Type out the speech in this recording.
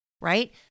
right